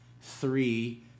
three